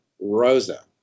Rosa